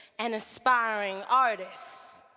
and aspiring artists